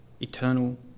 eternal